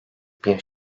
bir